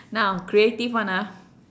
now creative one ah